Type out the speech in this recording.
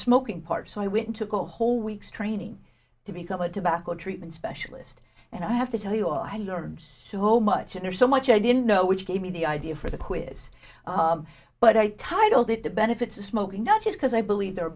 smoking part so i went to a whole week's training to become a tobacco treatment specialist and i have to tell you i learned so much and are so much i didn't know which gave me the idea for the quiz but i titled it the benefits of smoking not just because i believe there are